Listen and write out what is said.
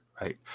right